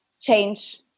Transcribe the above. change